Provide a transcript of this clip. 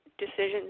decisions